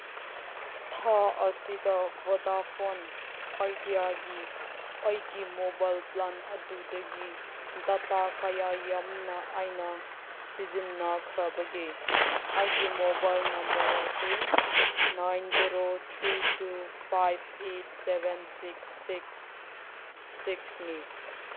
ꯊꯥ ꯑꯁꯤꯗ ꯕꯣꯗꯥꯐꯣꯟ ꯑꯥꯏꯗꯤꯌꯥꯒꯤ ꯑꯩꯒꯤ ꯃꯣꯕꯥꯏꯜ ꯄ꯭ꯂꯥꯟ ꯑꯗꯨꯗꯒꯤ ꯗꯇꯥ ꯀꯌꯥ ꯌꯥꯝꯅ ꯑꯩꯅ ꯁꯤꯖꯤꯟꯅꯈ꯭ꯔꯕꯒꯦ ꯑꯩꯒꯤ ꯃꯣꯕꯥꯏꯜ ꯅꯝꯕꯔ ꯑꯁꯤ nine zero three two five eight seven six six ꯁꯤꯛꯁꯅꯤ